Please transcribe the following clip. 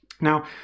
Now